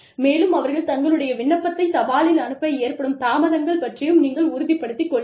மேலும் அவர்கள் தங்களுடைய விண்ணப்பத்தைத் தபாலில் அனுப்ப ஏற்படும் தாமதங்கள் பற்றியும் நீங்கள் உறுதிப்படுத்திக் கொள்ளுங்கள்